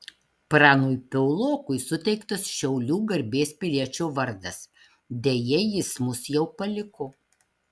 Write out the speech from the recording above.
pranui piaulokui suteiktas šiaulių garbės piliečio vardas deja jis mus jau paliko